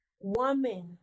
Woman